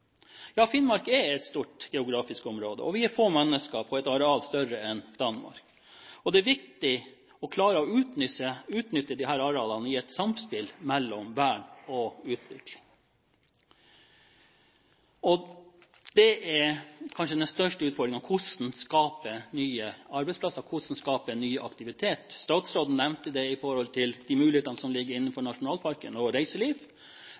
Ja, Finnmark er et stort geografisk område, og vi er få mennesker på et areal større enn Danmark. Det er viktig å klare å utnytte disse arealene i et samspill mellom vern og utvikling. Og det er kanskje den største utfordringen: Hvordan skal man skape nye arbeidsplasser? Hvordan skaper man ny aktivitet? Statsråden nevnte det i forhold til de mulighetene som ligger innenfor nasjonalparken og reiseliv,